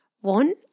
One